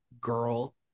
girl